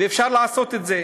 אפשר לעשות את זה.